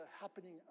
happening